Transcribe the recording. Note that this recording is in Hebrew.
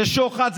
זה שוחד,